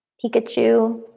pikachu.